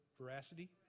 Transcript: veracity